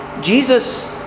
Jesus